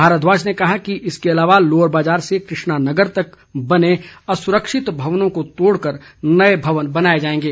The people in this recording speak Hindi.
भारद्वाज ने कहा कि इसके अलावा लोअर बाज़ार से कृष्णा नगर तक बने असुरक्षित भवनों को तोड़कर नए भवन बनाए जाएंगे